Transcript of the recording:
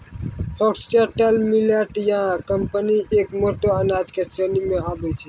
foxtail millet या कंगनी एक मोटो अनाज के श्रेणी मॅ आबै छै